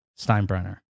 Steinbrenner